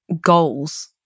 goals